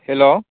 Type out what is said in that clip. hello